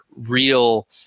real